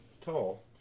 tall